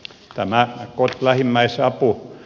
tämä lähimmäisapu